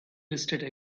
listed